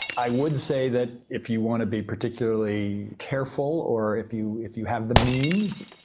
i would say that if you want to be particularly careful or if you, if you have the means,